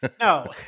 no